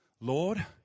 Lord